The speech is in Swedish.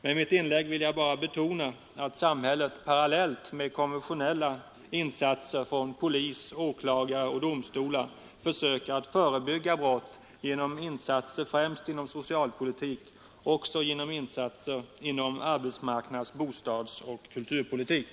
Med mitt inlägg har jag bara velat betona angelägenheten av att samhället parallellt med konventionella insatser från polis, åklagare och domstolar försöker förebygga brott genom insatser främst inom socialpolitiken men också inom arbetsmarknads-, bostadsoch kulturpolitiken.